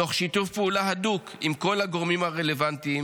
תוך שיתוף פעולה הדוק עם כל הגורמים הרלוונטיים,